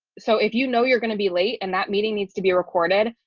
so if you know you're going to be late, and that meeting needs to be recorded,